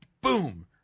boom